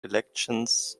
elections